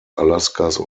alaskas